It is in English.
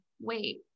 wait